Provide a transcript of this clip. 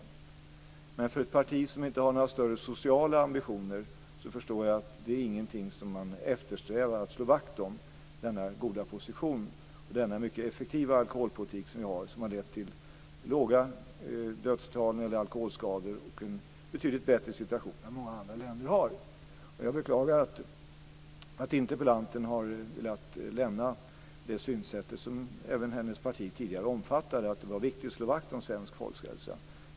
Men jag förstår att man i ett parti som inte har några större sociala ambitioner inte eftersträvar att slå vakt om denna goda position och denna mycket effektiva alkoholpolitik som vi har och som har lett till låga dödstal när det gäller alkoholskador och en betydligt bättre situation än många andra länder har. Och jag beklagar att interpellanten har velat lämna det synsätt som även hennes parti tidigare omfattade, att det var viktigt att slå vakt om svensk folkhälsa.